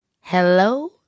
hello